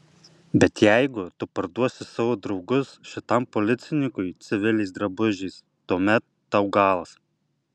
bet jeigu tu parduosi savo draugus šitam policininkui civiliais drabužiais tuomet tau galas